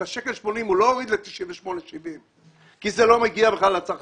את ה-1.80 שקל הוא לא הוריד ל-98.70 שקלים כי זה לא מגיע בכלל לצרכן.